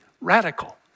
radical